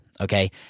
Okay